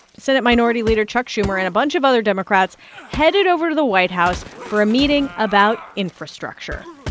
senate minority leader chuck schumer and a bunch of other democrats headed over to the white house for a meeting about infrastructure.